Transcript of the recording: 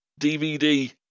DVD